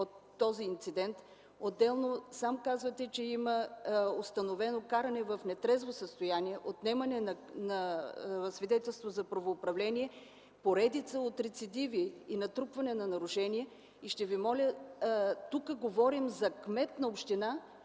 от този инцидент. Сам казахте, че има установено каране в нетрезво състояние, отнемане на свидетелство за правоуправление, поредица от рецидиви и натрупване на нарушения и ще Ви моля – тук говорим за кмет на община,